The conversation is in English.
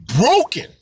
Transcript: broken